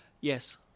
Yes